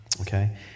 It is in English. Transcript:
okay